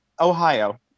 Ohio